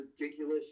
ridiculous